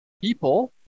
people